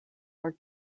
are